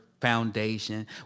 foundation